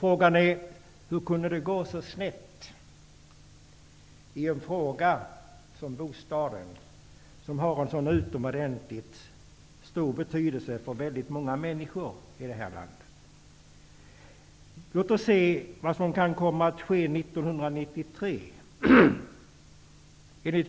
Frågan är: Hur kunde det gå så snett i fråga om bostaden, som har en så utomordentligt stor betydelse för väldigt många människor i det här landet? Låt oss se vad som kan komma att ske 1993.